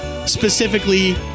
Specifically